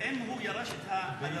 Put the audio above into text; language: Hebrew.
הוא לא ירש את האדמה,